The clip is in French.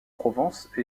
provence